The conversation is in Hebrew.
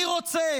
מי רוצה